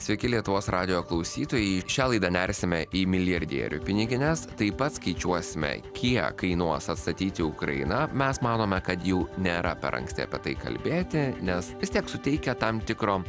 sveiki lietuvos radijo klausytojai šią laidą nersime į milijardierių pinigines taip pat skaičiuosime kiek kainuos atstatyti ukrainą mes manome kad jau nėra per anksti apie tai kalbėti nes vis tiek suteikia tam tikro